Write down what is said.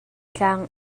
tlang